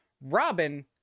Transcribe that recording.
Robin